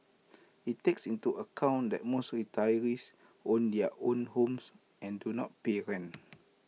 IT takes into account that most retirees own their own homes and do not pay rent